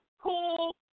cool